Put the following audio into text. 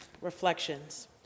reflections